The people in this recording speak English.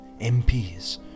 MPs